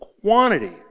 quantity